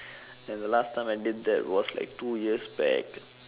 and the last time I did that was like two years back